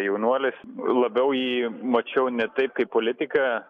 jaunuolis labiau jį mačiau ne taip kaip politiką